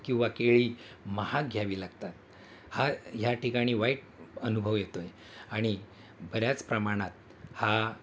किंवा केळी महाग घ्यावी लागतात हा ह्या ठिकाणी वाईट अनुभव येतो आहे आणि बऱ्याच प्रमाणात हा